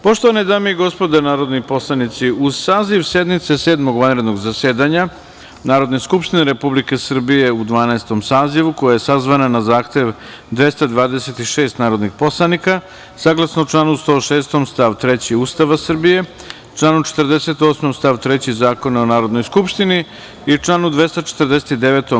Poštovane dame i gospodo narodni poslanici, uz saziv sednice Sedmog vanrednog zasedanja Narodne skupštine Republike Srbije u Dvanaestom sazivu, koja je sazvana na zahtev 226 narodnih poslanika, saglasno članu 106. stav 3. Ustava Srbije, članu 48. stav 3. Zakona o Narodnoj skupštini i članu 249.